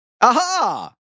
Aha